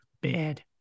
bad